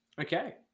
Okay